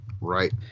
right